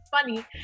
funny